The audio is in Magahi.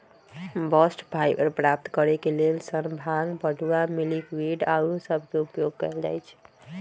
बास्ट फाइबर प्राप्त करेके लेल सन, भांग, पटूआ, मिल्कवीड आउरो सभके उपयोग कएल जाइ छइ